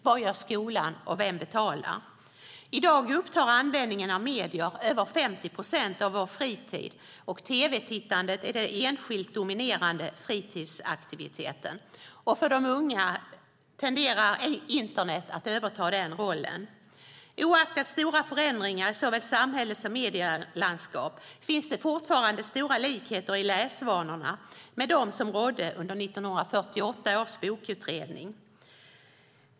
Vad gör skolan? Vem betalar? I dag upptar användningen av medier över 50 procent av vår fritid, och tv-tittandet är den enskilt dominerande fritidsaktiviteten. För de unga tenderar internet att överta den rollen. Oaktat stora förändringar i såväl samhället som medielandskapet finns det fortfarande stora likheter i läsvanorna med dem som rådde under 1948 års bokutredning.